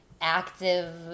active